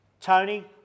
Tony